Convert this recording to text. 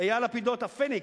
אייל לפידות,"הפניקס",